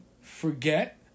forget